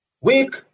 week